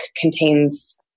contains